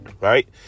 right